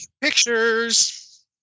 Pictures